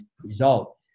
result